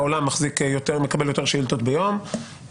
מקבל יותר שאילתות ביום,